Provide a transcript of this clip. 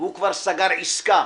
והוא כבר סגר עסקה